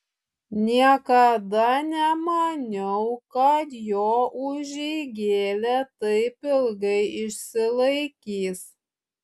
niekada nemaniau kad jo užeigėlė taip ilgai išsilaikys